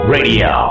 Radio